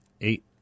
eight